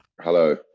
Hello